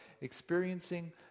Experiencing